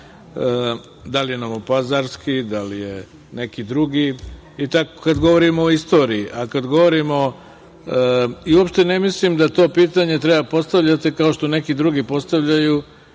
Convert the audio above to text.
da li je novopazarski, da li je neki drugi itd, kada govorimo o istoriji. Uopšte ne mislim da to pitanje treba da postavljate kao što neki drugi postavljaju